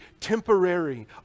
temporary